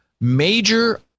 major